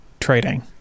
trading